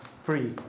free